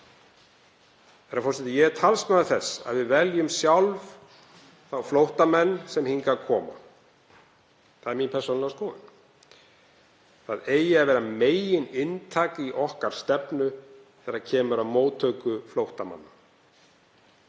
Herra forseti. Ég er talsmaður þess að við veljum sjálf þá flóttamenn sem hingað koma. Það er mín persónulega skoðun, að það eigi að vera megininntak í okkar stefnu þegar kemur að móttöku flóttamanna,